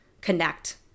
connect